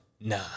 nah